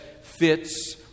fits